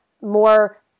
more